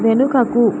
వెనుకకు